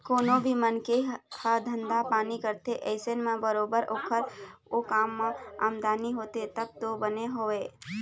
कोनो भी मनखे ह धंधा पानी करथे अइसन म बरोबर ओखर ओ काम म आमदनी होथे तब तो बने हवय